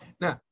Now